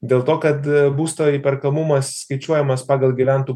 dėl to kad būsto įperkamumas skaičiuojamas pagal gyventojų